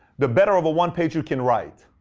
the better of a one-pager you can write.